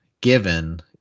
given